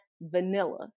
vanilla